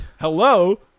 hello